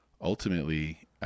ultimately